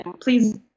Please